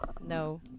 No